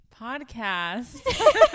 podcast